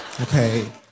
Okay